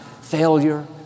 failure